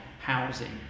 housing